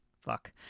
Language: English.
Fuck